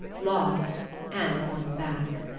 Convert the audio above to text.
lost and won back.